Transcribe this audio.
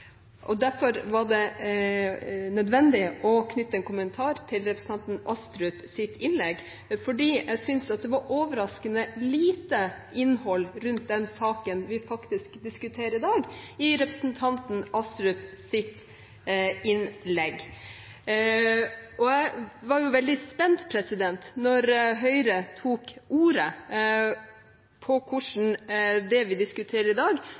kartet. Derfor var det nødvendig å knytte en kommentar til representanten Astrups innlegg, for jeg syntes det var overraskende lite innhold rundt den saken vi faktisk diskuterer i dag, i representanten Astrups innlegg. Jeg var jo veldig spent på, da Høyre tok ordet, hvordan det vi diskuterer i dag,